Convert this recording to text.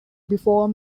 before